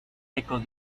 ecos